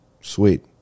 Sweet